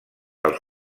als